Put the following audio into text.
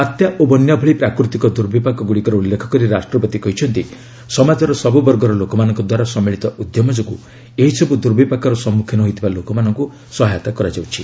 ବାତ୍ୟା ଓ ବନ୍ୟା ଭଳି ପ୍ରାକୃତିକ ଦୁର୍ବିପାକଗୁଡ଼ିକର ଉଲ୍ଲେଖ କରି ରାଷ୍ଟ୍ରପତି କହିଛନ୍ତି ସମାଜର ସବୁବର୍ଗର ଲୋକମାନଙ୍କ ଦ୍ୱାରା ସମ୍ମିଳିତ ଉଦ୍ୟମ ଯୋଗୁଁ ଏହିସବୁ ଦୁର୍ବିପାକର ସମ୍ମୁଖୀନ ହୋଇଥିବା ଲୋକମାନଙ୍କୁ ସହାୟତା କରାଯାଉଛି